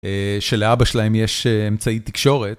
שלאבא שלהם יש אמצעי תקשורת.